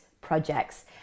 projects